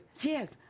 Yes